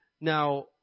Now